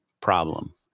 problem